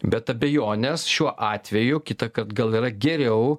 bet abejonės šiuo atveju kitąkart gal yra geriau